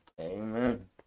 Amen